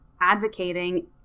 advocating